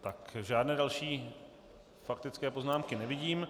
Tak žádné další faktické poznámky nevidím.